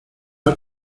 has